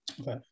Okay